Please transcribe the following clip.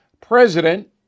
president